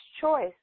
choice